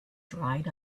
dried